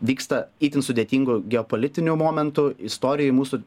vyksta itin sudėtingu geopolitiniu momentu istorijoj mūsų